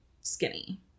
skinny